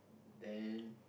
then